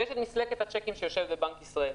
ויש את מסלקת הצ'קים שיושבת בבנק ישראל.